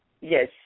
Yes